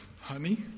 honey